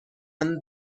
and